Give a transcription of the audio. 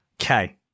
Okay